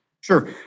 Sure